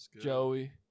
Joey